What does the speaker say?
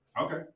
okay